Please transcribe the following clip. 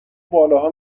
بالاها